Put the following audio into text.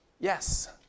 Yes